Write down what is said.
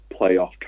playoff